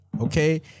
Okay